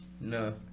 No